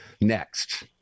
next